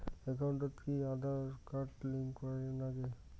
একাউন্টত কি Aadhaar card link করের নাগে?